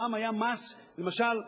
פעם היה מס, למשל,